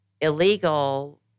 illegal